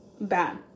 bad